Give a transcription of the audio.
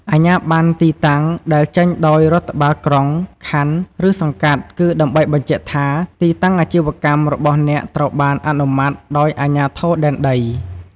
អាជ្ញាប័ណ្ណទីតាំង ដែលចេញដោយ រដ្ឋបាលក្រុង ខណ្ឌ ឬសង្កាត់ គឺដើម្បីបញ្ជាក់ថា ទីតាំងអាជីវកម្ម របស់អ្នកត្រូវបាន អនុម័ត ដោយ អាជ្ញាធរដែនដី។